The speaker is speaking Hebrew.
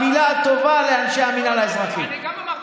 יש ראשי רשויות ביהודה ושומרון שאמרו לנו: